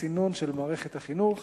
בסינון של מערכת החינוך,